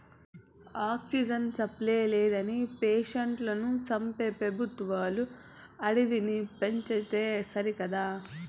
oxygen supply లేదని పేషెంట్లను చంపే పెబుత్వాలు అడవిని పెంచితే సరికదా